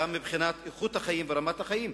גם מבחינת איכות החיים ורמת החיים.